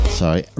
sorry